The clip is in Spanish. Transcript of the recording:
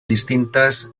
distintas